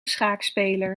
schaakspeler